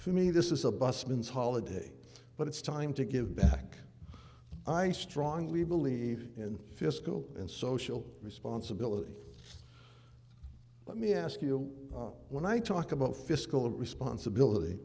for me this is a busman's holiday but it's time to give back i strongly believe in fiscal and social responsibility let me ask you when i talk about fiscal responsibility